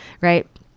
right